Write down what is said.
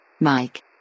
Mike